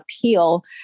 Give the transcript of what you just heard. appeal